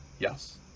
Yes